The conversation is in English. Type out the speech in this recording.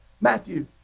Matthew